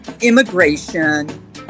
immigration